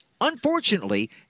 Unfortunately